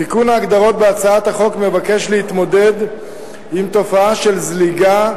תיקון ההגדרות בהצעת החוק מבקש להתמודד עם תופעה של זליגה,